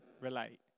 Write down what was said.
relate